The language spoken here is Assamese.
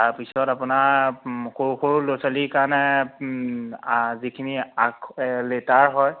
তাৰ পিছত আপোনাৰ সৰু সৰু ল'ৰা ছোৱালীৰ কাৰণে যিখিনি আখৰ লেটাৰ হয়